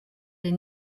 les